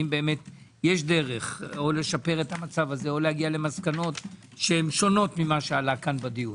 אם יש דרך לשפר את המצב או להגיע למסקנות שונות ממה שעלה בדיון.